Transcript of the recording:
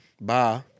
Bye